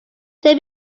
tell